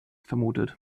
vermutet